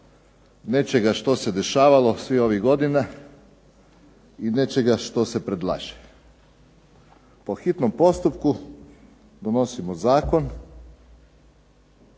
nečega što se dešavalo svih ovih godina i nečega što se predlaže. Po hitnom postupku donosimo zakon